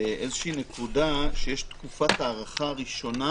איזושהי נקודה שיש תקופת הארכה ראשונה